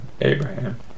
Abraham